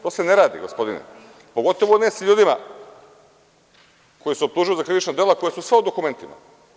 To se ne radi, gospodine, pogotovo ne sa ljudima koji se optužuju za krivična dela koja su sva u dokumentima.